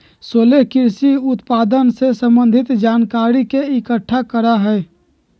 सोहेल कृषि उत्पादन से संबंधित जानकारी के इकट्ठा करा हई